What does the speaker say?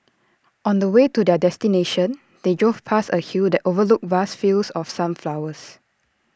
on the way to their destination they drove past A hill that overlooked vast fields of sunflowers